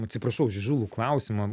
atsiprašau už įžūlų klausimą